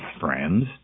friends